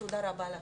תודה רבה לכם.